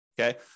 Okay